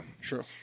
true